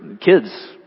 kids